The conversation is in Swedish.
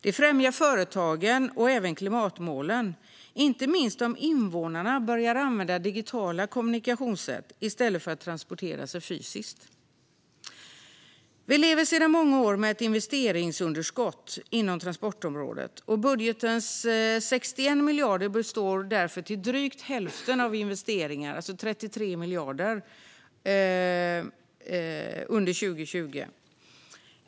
Det främjar företagen och även klimatmålen om invånarna börjar använda digitala kommunikationssätt i stället för att transportera sig fysiskt. Vi lever sedan många år med ett investeringsunderskott inom transportområdet, och budgetens 61 miljarder består därför till drygt hälften av investeringar, alltså 33 miljarder, under 2020.